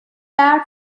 برف